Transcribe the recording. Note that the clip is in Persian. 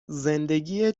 زندگی